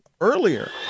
earlier